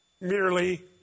merely